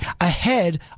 ahead